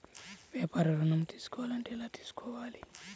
వ్యాపార ఋణం తీసుకోవాలంటే ఎలా తీసుకోవాలా?